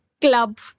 club